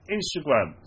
Instagram